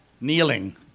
kneeling